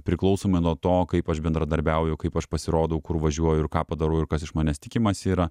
priklausomai nuo to kaip aš bendradarbiauju kaip aš pasirodau kur važiuoju ir ką padarau ir kas iš manęs tikimasi yra